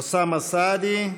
אוסמה סעדי.